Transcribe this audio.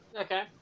Okay